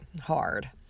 hard